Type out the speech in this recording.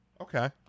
Okay